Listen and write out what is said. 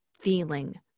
feeling